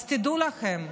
אז תדעו לכם,